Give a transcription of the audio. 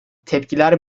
tepkiler